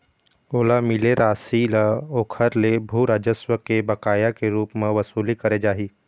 ओला मिले रासि ल ओखर ले भू राजस्व के बकाया के रुप म बसूली करे जाही